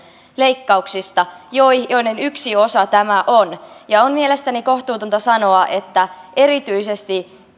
leikkauksista joiden joiden yksi osa tämä on ja on mielestäni kohtuutonta sanoa että erityisesti